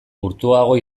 urtuago